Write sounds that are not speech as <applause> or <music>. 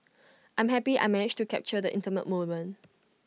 <noise> I'm happy I managed to capture the intimate moment